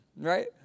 right